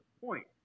point